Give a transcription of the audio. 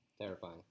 Terrifying